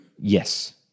yes